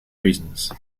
reasons